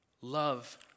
Love